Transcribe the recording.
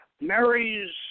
Mary's